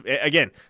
again